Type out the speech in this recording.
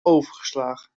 overgeslagen